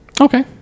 Okay